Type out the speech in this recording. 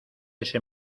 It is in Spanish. ese